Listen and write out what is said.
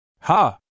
Ha